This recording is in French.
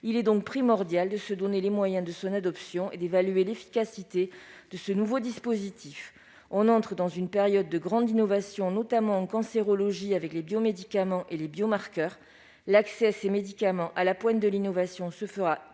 Il est donc primordial de se donner les moyens d'adopter ce dispositif et d'en évaluer l'efficacité. On entre dans une période de grande innovation, notamment en cancérologie, avec les biomédicaments et les biomarqueurs. L'accès à ces médicaments à la pointe de l'innovation se fera selon